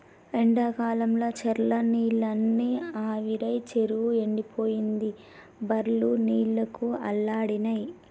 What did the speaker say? ఎండాకాలంల చెర్ల నీళ్లన్నీ ఆవిరై చెరువు ఎండిపోయింది బర్లు నీళ్లకు అల్లాడినై